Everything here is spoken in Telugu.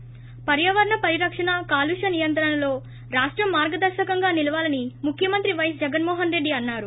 ి పర్యావరణ పరిరక్షణ కాలుష్య నియంత్రణలో రాష్టం మార్గదర్శకంగా నిలవాలని ముఖ్యమంత్రి పైఎస్ జగన్మోహన్రెడ్డి అన్నారు